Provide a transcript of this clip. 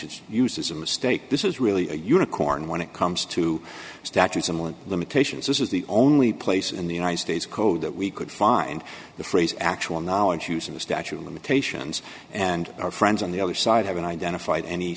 it's use is a mistake this is really a unicorn when it comes to statues and one limitations this is the only place in the united states code that we could find the phrase actual knowledge using the statue of limitations and our friends on the other side haven't identified any